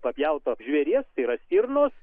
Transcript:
papjauto žvėries tai yra stirnos